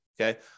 Okay